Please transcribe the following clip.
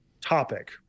topic